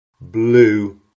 blue